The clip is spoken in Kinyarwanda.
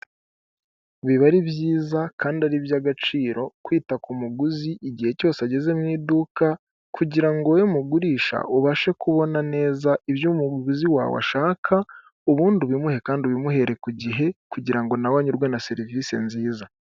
Biba ari byiza kandi ari iby'agaciro kwita ku muguzi igihe cyose ageze mu iduka kugira ngo we mugurisha ubashe kubona neza ibyo umuguzi wawe ashaka ubundi ubimuhe kandi ubimuhere ku gihe kugira ngo nawe anyurwe na serivisi nziza.